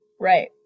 Right